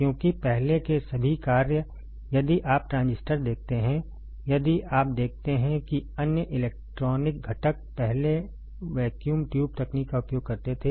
क्योंकि पहले के सभी कार्य यदि आप ट्रांजिस्टर देखते हैं यदि आप देखते हैं कि अन्य इलेक्ट्रॉनिक घटक पहले वैक्यूम ट्यूब तकनीक का उपयोग करते थे